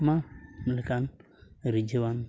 ᱟᱭᱢᱟ ᱞᱮᱠᱟᱱ ᱨᱤᱡᱷᱟᱹᱣᱟᱱ